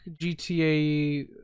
GTA